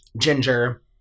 Ginger